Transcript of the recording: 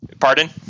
Pardon